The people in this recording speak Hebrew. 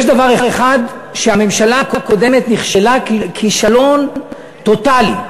יש דבר אחד שהממשלה הקודמת נכשלה בו כישלון טוטלי,